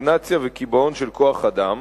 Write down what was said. סטגנציה וקיבעון של כוח-אדם,